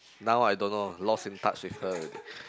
now I don't know lost in touch with her already